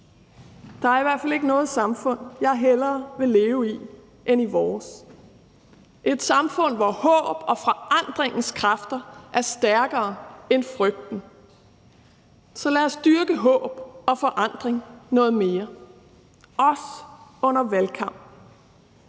Der er i hvert fald ikke noget samfund, jeg hellere vil leve i, end vores. Det er et samfund, hvor håb og forandringens kræfter er stærkere end frygten. Så lad os dyrke håb og forandring noget mere, også under valgkampen.